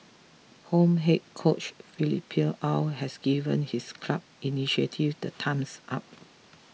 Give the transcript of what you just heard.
home head coach Philippe Aw has given his club's initiative the thumbs up